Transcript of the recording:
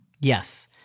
Yes